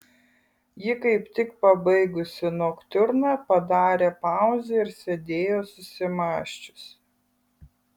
ji kaip tik pabaigusi noktiurną padarė pauzę ir sėdėjo susimąsčiusi